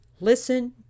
listen